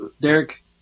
Derek